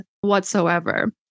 whatsoever